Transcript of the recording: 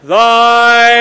Thy